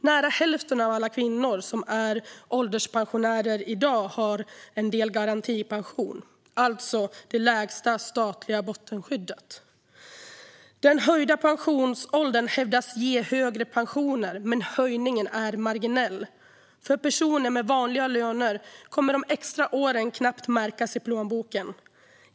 Nära hälften av alla kvinnor som är ålderspensionärer i dag har en del garantipension, alltså det lägsta statliga bottenskyddet. Den höjda pensionsåldern hävdas ge högre pensioner, men höjningen är marginell. För personer med vanliga löner kommer de extra åren knappt att märkas i plånboken.